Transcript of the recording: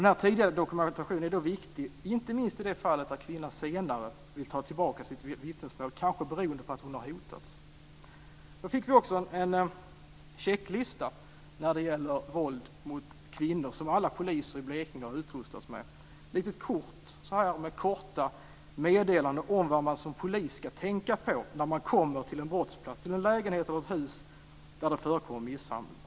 Denna tidiga dokumentation är viktig, inte minst i det fallet där kvinnan senare vill ta tillbaka sitt vittnesmål, kanske beroende på att hon har hotats. Vi fick också en checklista när det gäller våld mot kvinnor som alla poliser i Blekinge har utrustats med. Det är ett litet kort med korta meddelanden om vad man som polis ska tänka på när man kommer till en brottsplats, en lägenhet eller ett hus där det förekommer misshandel.